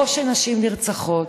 לא כשנשים נרצחות,